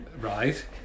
Right